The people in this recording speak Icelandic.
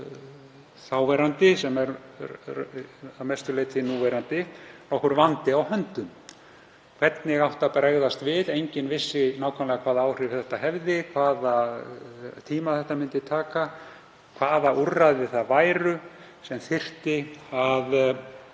ríkisstjórn, sem er að mestu leyti núverandi, var nokkur vandi á höndum. Hvernig átti að bregðast við? Enginn vissi nákvæmlega hvaða áhrif þetta hefði, hvaða tíma þetta myndi taka eða hvaða úrræða þyrfti að